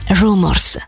rumors